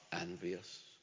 envious